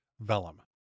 Vellum